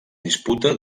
disputa